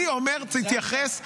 אני אומר: תתייחס,